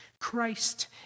Christ